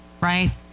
right